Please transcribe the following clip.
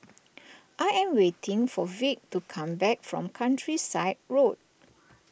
I am waiting for Vic to come back from Countryside Road